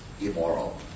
immoral